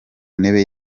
ntebe